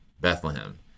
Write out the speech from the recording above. Bethlehem